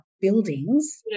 buildings